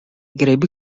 gribi